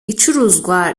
icuruzwa